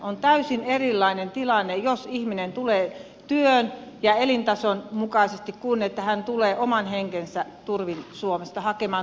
on täysin erilainen tilanne jos ihminen tulee työn ja elintason mukaisesti kuin että hän tulee oman henkensä turvin suomesta hakemaan turvapaikkaa itselleen